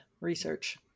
research